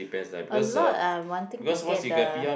a lot eh wanting to get the